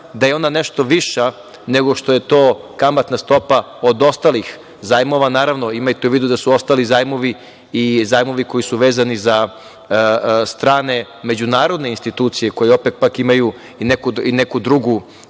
da je ona nešto viša nego što je to kamatna stopa ostalih zajmova, a imajte u vidu da su ostali zajmovi i zajmovi koji su vezani za strane međunarodne institucije koje opet imaju neku drugu